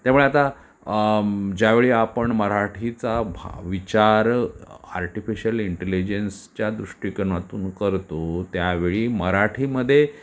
त्यामुळे आता ज्यावेळी आपण मराठीचा भा विचार आर्टिफिशल इंटेलिजन्सच्या दृष्टिकोनातून करतो त्यावेळी मराठीमध्ये